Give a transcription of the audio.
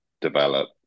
develop